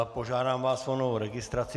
Požádám vás o novou registraci.